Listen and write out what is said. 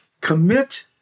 commit